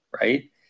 Right